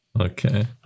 Okay